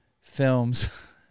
films